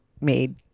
made